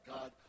God